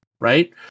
Right